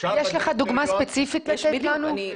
יש לך דוגמה ספציפית לתת לנו?